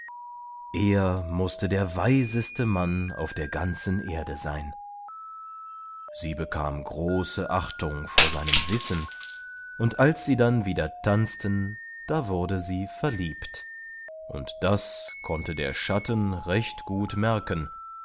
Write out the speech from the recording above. er mußte der weiseste mann auf der ganzen erde sein sie bekam große achtung vor seinem wissen und als sie dann wieder tanzten da wurde sie verliebt und das konnte der schatten recht gut merken